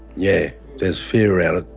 yeah there's fear around it.